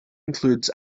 includes